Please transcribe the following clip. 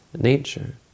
nature